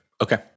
Okay